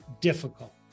difficult